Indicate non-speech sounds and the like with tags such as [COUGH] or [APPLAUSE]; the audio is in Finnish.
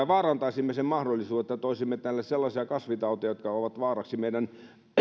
[UNINTELLIGIBLE] vaarantaisimme sen niin että toisimme tänne sellaisia kasvitauteja jotka ovat vaaraksi meidän